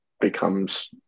becomes